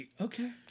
Okay